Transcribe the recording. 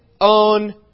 own